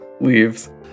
leaves